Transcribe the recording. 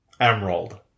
Emerald